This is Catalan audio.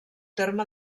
terme